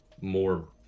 more